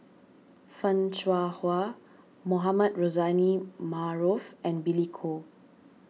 Fan Shao Hua Mohamed Rozani Maarof and Billy Koh